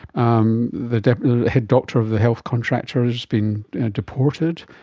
um the head doctor of the health contractor has been deported.